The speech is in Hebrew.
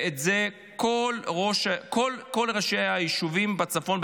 וכל ראשי היישובים בצפון,